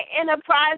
enterprise